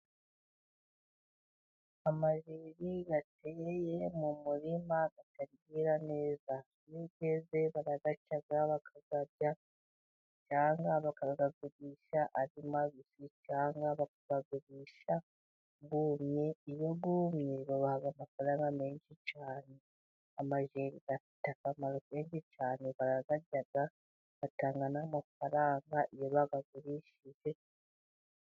Amageri ateye mu murima ,asasiye neza. Iyo yeze barayaca, bakayarya cyangwa bakayagurisha ari mabisi cyangwa bakayagurisha yumye. Iyo yumye, babaha amafaranga menshi cyane. Amageri afite akamaro kenshi cyane : barayaryaga, atanga n'amafaranga iyo bayagurishije.